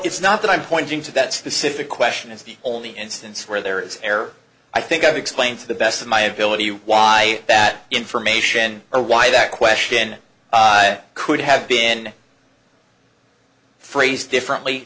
it's not that i'm pointing to that specific question is the only instance where there is error i think i've explained to the best of my ability why that information or why that question could have been phrased differently